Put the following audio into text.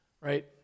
right